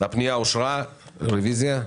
רוויזיה.